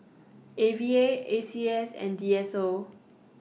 A V A A C S and D S O